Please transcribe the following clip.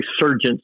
resurgence